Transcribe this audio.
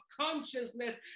consciousness